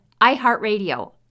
iHeartRadio